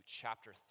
chapter